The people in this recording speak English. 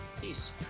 peace